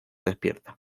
despierta